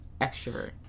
extrovert